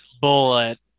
Bullet